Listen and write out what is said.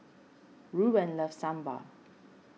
Rueben loves Sambar